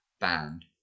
band